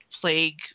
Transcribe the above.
plague